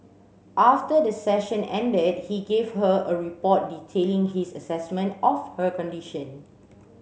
after the session ended he gave her a report detailing his assessment of her condition